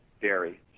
dairy